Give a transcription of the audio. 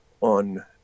on